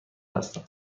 هستم